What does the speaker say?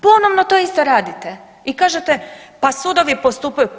Ponovno to isto radite i kažete pa sudovi postupaju.